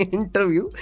interview